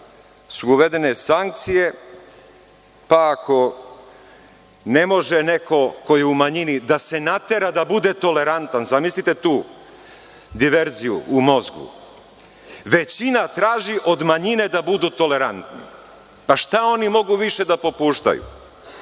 su uvedene sankcije, pa ako ne može neko ko je u manjini da se natera da bude tolerantan, zamislite tu diverziju u mozgu, većina traži od manjine da budu tolerantni. Pa šta oni mogu više da popuštaju?